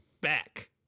back